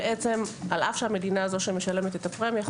על אף שהמדינה זאת שמשלמת את הפרמיה,